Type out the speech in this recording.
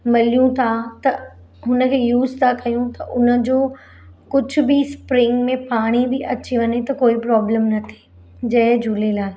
मलियूं था त हुन खे यूज़ था कयूं त उन जो कुझु बि स्प्रींग में पाणी बि अची वञे त कोई प्रॉब्लम न थिए जय झूलेलाल